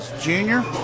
junior